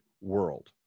world